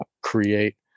create